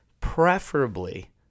preferably